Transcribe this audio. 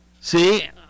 See